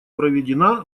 проведена